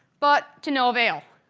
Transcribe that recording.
but to no avail.